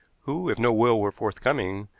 who, if no will were forthcoming,